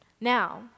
Now